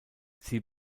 sie